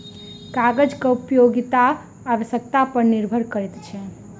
कागजक उपयोगिता आवश्यकता पर निर्भर करैत अछि